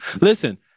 Listen